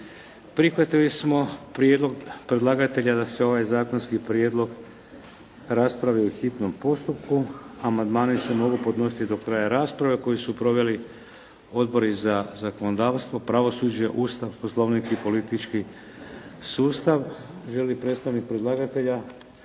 Prihvatili smo prijedlog predlagatelja da se ovaj zakonski prijedlog raspravi u hitnom postupku. Amandmani se mogu podnositi do kraja rasprave koju su proveli Odbori za zakonodavstvo, pravosuđe, Ustav, Poslovnik i politički sustav. Želi li predstavnik predlagatelja?